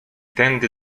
tędy